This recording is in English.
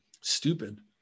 Stupid